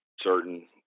certain